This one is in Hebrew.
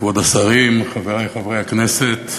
כבוד השרים, חברי חברי הכנסת,